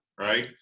right